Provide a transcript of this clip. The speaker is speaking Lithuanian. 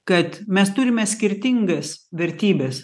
kad mes turime skirtingas vertybes